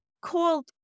called